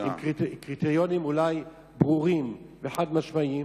שיהיו אולי קריטריונים ברורים וחד-משמעיים.